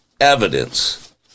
evidence